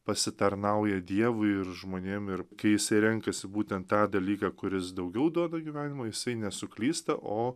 pasitarnauja dievui ir žmonėm ir kai jisai renkasi būtent tą dalyką kuris daugiau duoda gyvenimo jisai nesuklysta o